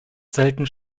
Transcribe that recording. selten